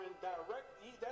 directly